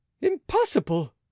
impossible